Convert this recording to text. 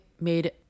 made